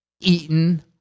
eaten